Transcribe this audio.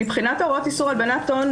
מבחינת הוראות איסור הלבנת הון,